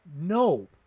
No